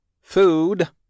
food